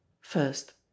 First